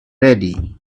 ready